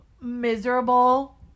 miserable